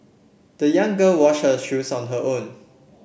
the young girl wash her shoes on her own